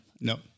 No